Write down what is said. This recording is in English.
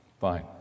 Fine